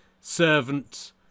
servant